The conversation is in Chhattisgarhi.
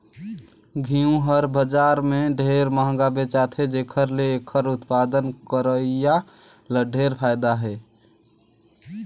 घींव हर बजार में ढेरे मंहगा बेचाथे जेखर ले एखर उत्पादन करोइया ल ढेरे फायदा हे